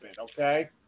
okay